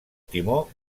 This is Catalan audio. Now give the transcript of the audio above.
timó